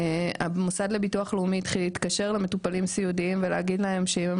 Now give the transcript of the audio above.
המוסד לביטוח לאומי התחיל להתקשר למטופלים סיעודיים ולהגיד להם שאם הם